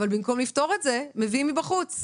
אבל במקום לפתור את זה מביאים מבחוץ.